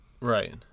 Right